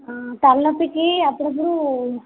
తలనొప్పికి అప్పుడప్పుడు